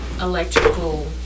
electrical